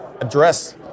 address